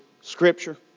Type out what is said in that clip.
scripture